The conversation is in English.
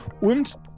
und